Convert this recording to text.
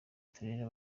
turere